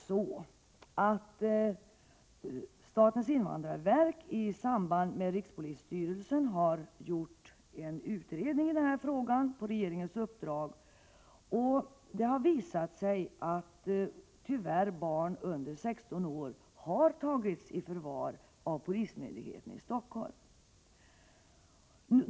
Statens invandrarverk har tillsammans med rikspolisstyrelsen på regeringens uppdrag gjort en utredning i frågan, och den visar tyvärr att barn under 16 år har tagits i förvar av polismyndigheten i Stockholm.